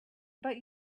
but